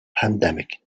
pandemic